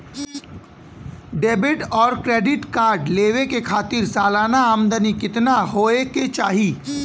Debit और credit card लेवे के खातिर सलाना आमदनी कितना हो ये के चाही?